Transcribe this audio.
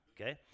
okay